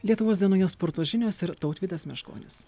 lietuvos dienoje sporto žinios ir tautvydas meškonis